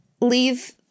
leave